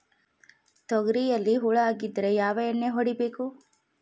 ತೊಗರಿಯಲ್ಲಿ ಹುಳ ಆಗಿದ್ದರೆ ಯಾವ ಎಣ್ಣೆ ಹೊಡಿಬೇಕು?